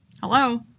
Hello